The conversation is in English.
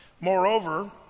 Moreover